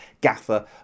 gaffer